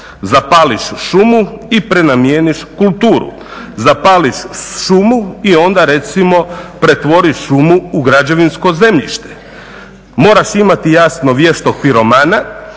Zapališ šumu i prenamijeniš kulturu. Zapališ šumu i onda recimo pretvoriš šumu u građevinsko zemljište. Moraš imati jasno vještog piromana,